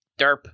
Derp